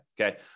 okay